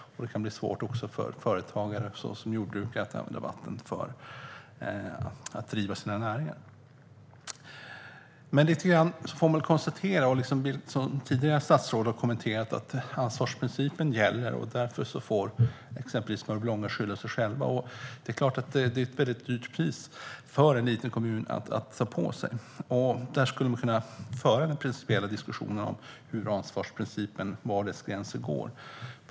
Det kan också bli svårt för företagare såsom jordbrukare att använda vatten för att driva sina näringar. Lite grann handlar det väl om, som statsrådet tidigare har konstaterat, att ansvarsprincipen gäller, och därför får man i exempelvis Mörbylånga skylla sig själv. Det är ett mycket högt pris för en liten kommun. Man skulle kunna föra den principiella diskussionen om var ansvarsprincipens gränser går.